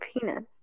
penis